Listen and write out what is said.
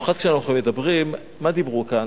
מה דיברו כאן?